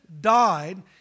died